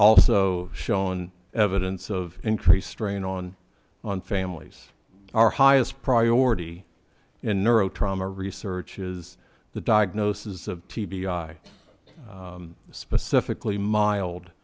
also shown evidence of increased strain on on families are highest priority in neuro trauma research is the diagnosis of t b i specifically mild